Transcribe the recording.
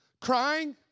crying